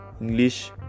English